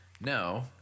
no